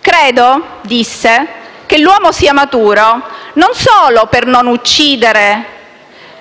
Credo che l'uomo sia maturo (...) non solo per non rubare, non uccidere